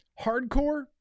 hardcore